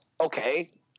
okay